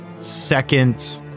second